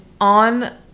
on